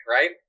right